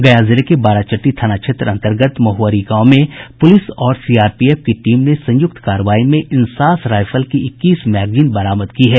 गया जिले के बाराचट्टी थाना क्षेत्र अन्तर्गत महुअरी गांव में पुलिस और सीआरपीएफ की टीम ने संयुक्त कार्रवाई में इंसास रायफल की इक्कीस मैगजीन बरामद की है